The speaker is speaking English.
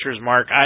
Mark